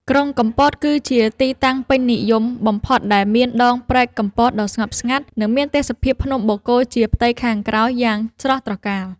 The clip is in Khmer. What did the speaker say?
ក្រុងកំពតគឺជាទីតាំងពេញនិយមបំផុត ដែលមានដងព្រែកកំពតដ៏ស្ងប់ស្ងាត់ និងមានទេសភាពភ្នំបូកគោជាផ្ទៃខាងក្រោយយ៉ាងស្រស់ត្រកាល។